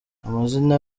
amazina